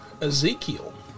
Ezekiel